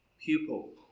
pupil